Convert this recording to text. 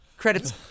Credits